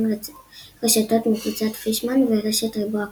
רשתות מקבוצת פישמן ורשת ריבוע כחול.